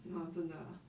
哇真的啊